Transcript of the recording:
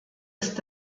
ist